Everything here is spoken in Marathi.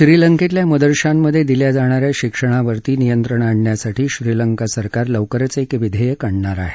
श्रीलंकेतल्या मदरशांमधे दिल्या जाणा या शिक्षणावरती नियंत्रण आणण्यासाठी श्रीलंका सरकार लवकरच एक विधेयक आणणार आहे